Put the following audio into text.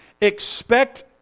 expect